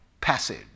passage